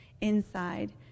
inside